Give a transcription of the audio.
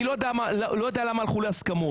אני לא יודע למה הלכו להסכמות.